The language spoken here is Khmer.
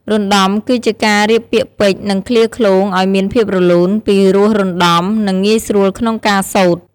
រណ្តំ គឺជាការរៀបពាក្យពេចន៍ និងឃ្លាឃ្លោងឱ្យមានភាពរលូន ពីរោះរណ្ដំ និងងាយស្រួលក្នុងការសូត្រ។